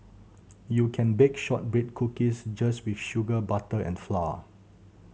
you can bake shortbread cookies just with sugar butter and flour